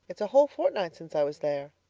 it's a whole fortnight since i was there.